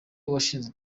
washinze